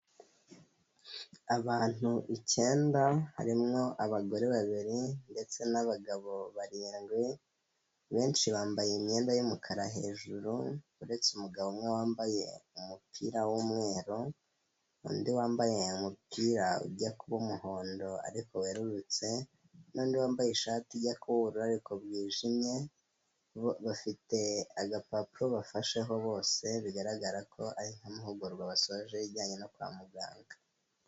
Abantu icyenda harimo abagore babiri ndetse n'abagabo barindwi, benshi bambaye imyenda y'umukara hejuru, uretse umugabo umwe wambaye umupira w'umweru, undi wambaye umupira ujya kuba umuhondo ariko werurutse n'undi wambaye ishati ijya kuba ubururu ariko bwijimye, bafite agapapuro bafasheho bose bigaragara ko ari nk'amahugurwa basoje ibijyanye no kwa muganga.